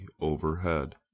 overhead